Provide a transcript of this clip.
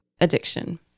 addiction